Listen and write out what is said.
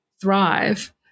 thrive